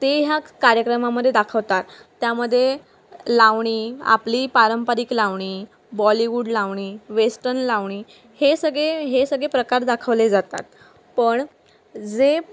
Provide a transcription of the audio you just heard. ते ह्या कार्यक्रमामध्ये दाखवतात त्यामध्ये लावणी आपली पारंपरिक लावणी बॉलिवूड लावणी वेस्टन लावणी हे सगळे हे सगळे प्रकार दाखवले जातात पण जे